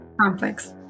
complex